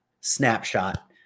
snapshot